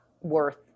worth